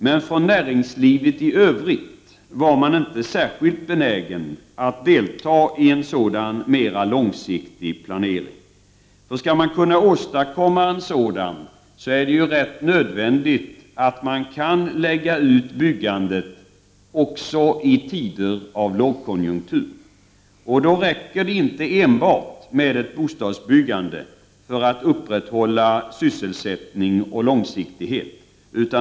Men från näringslivet i övrigt var man inte särskilt benägen att delta i en sådan mera långsiktig planering. För att man skall kunna åstadkomma en sådan är det ju nödvändigt att man kan lägga ut byggandet också i tider med lågkonjunktur, och då räcker det inte enbart med ett bostadsbyggande för att upprätthålla sysselsättning och långsiktighet.